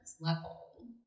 level